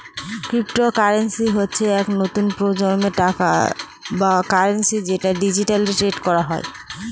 cryptocurrency হচ্ছে এক নতুন প্রজন্মের টাকা বা কারেন্সি যেটা ডিজিটালি ট্রেড করা হয়